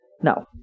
No